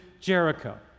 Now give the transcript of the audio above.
Jericho